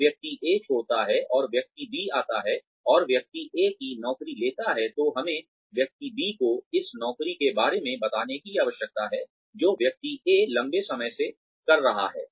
यदि व्यक्ति A छोड़ता है और व्यक्ति B आता है और व्यक्ति A की नौकरी लेता है तो हमें व्यक्ति B को इस नौकरी के बारे में बताने की आवश्यकता है जो व्यक्ति A लंबे समय से कर रहा है